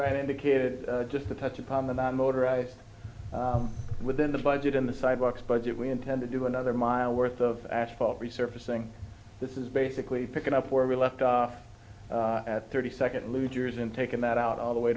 wright indicated just a touch upon the non motorized within the budget in the sidewalks budget we intend to do another mile worth of asphalt resurfacing this is basically picking up where we left off at thirty second losers and taken that out all the way